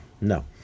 No